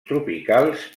tropicals